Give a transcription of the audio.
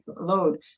load